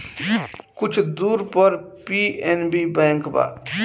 कुछ दूर पर पी.एन.बी बैंक बा